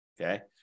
okay